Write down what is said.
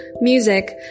music